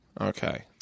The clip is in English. Okay